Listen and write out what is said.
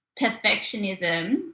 perfectionism